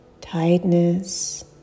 tightness